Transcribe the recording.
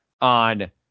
on